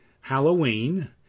Halloween